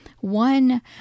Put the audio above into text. one